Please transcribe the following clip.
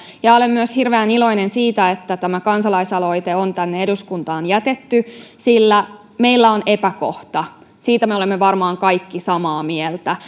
ja ja olen myös hirveän iloinen siitä että tämä kansalaisaloite on tänne eduskuntaan jätetty sillä meillä on epäkohta siitä me olemme varmaan kaikki samaa mieltä